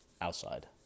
outside